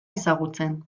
ezagutzen